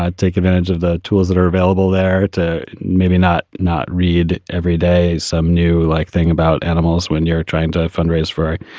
take advantage of the tools that are available there to maybe not not read every day some new like thing about animals when you're trying to fundraise for